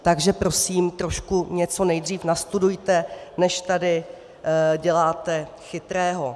Takže prosím, trošku něco nejdřív nastudujte, než tady děláte chytrého.